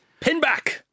Pinback